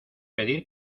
pedir